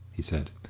he said,